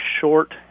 short